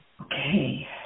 Okay